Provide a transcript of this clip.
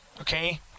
okay